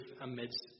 amidst